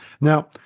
Now